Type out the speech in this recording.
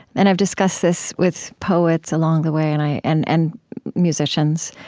and i've discussed this with poets along the way, and i and and musicians.